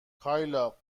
کایلا